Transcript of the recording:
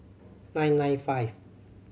nine nine five